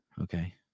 Okay